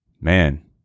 man